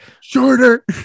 Shorter